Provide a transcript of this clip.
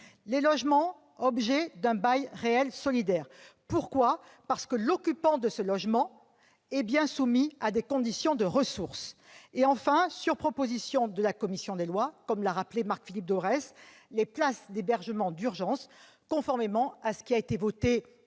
les logements objets d'un bail réel solidaire, parce que l'occupant de ce logement est soumis à des conditions de ressources ; troisièmement, sur proposition de la commission des lois, comme l'a rappelé Marc-Philippe Daubresse, les places d'hébergement d'urgence, conformément à ce qui a été voté dans